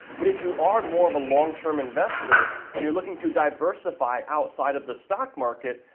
but if you are more of a long-term investor and you're looking to diversify outside of the stock market,